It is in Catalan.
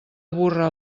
burra